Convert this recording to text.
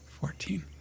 Fourteen